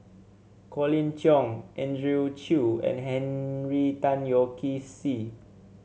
Colin Cheong Andrew Chew and Henry Tan Yoke See